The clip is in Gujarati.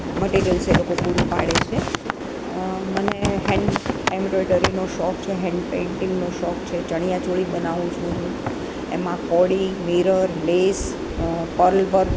મટિરિયલ છે એ લોકો પૂરું પાડે છે મને હેન્ડ એમ્બ્રોઈડરીનો શોખ છે હેન્ડ પેઈન્ટિંગનો શોખ છે ચણિયા ચોળી બનાવું છું હું એમાં કોડી મિરર લેસ પર્લ વર્ક